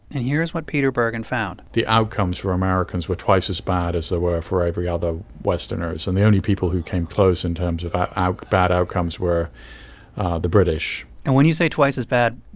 and here's what peter bergen found the outcomes for americans were twice as bad as they were for every other westerners. and the only people who came close in terms of ah like bad outcomes were the british and when you say twice as bad,